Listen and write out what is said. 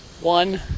One